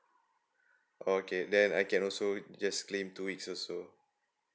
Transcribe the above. oh okay then I can also just claim two weeks also